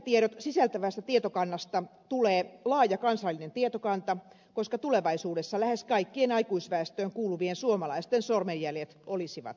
sormenjälkitiedot sisältävästä tietokannasta tulee laaja kansallinen tietokanta koska tulevaisuudessa lähes kaikkien aikuisväestöön kuuluvien suomalaisten sormenjäljet olisivat siellä